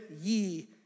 ye